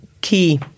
key